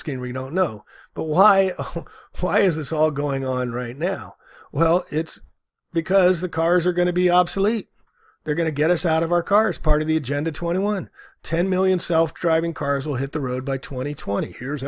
screen we don't know but why why is this all going on right now well it's because the cars are going to be obsolete they're going to get us out of our cars part of the agenda twenty one ten million south driving cars will hit the road like twenty twenty years